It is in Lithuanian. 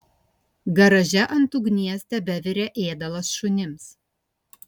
garaže ant ugnies tebevirė ėdalas šunims